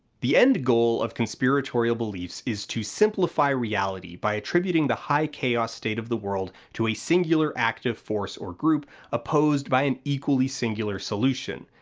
the end goal of conspiratorial beliefs is to simplify reality by attributing the high-chaos state of the world to a singular active force or group opposed by an equally singular solution.